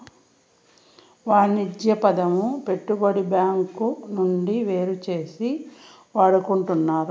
వాణిజ్య పదము పెట్టుబడి బ్యాంకు నుండి వేరుచేసి వాడుకుంటున్నారు